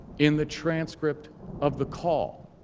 in the transcript of the call.